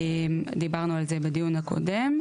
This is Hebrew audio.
דיברנו על זה בדיון הקודם.